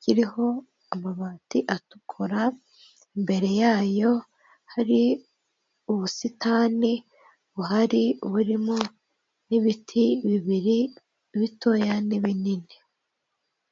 kiriho amabati atukura, imbere yayo hari ubusitani buhari burimo n'ibiti bibiri, ibitoya n'ibinini.